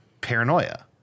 paranoia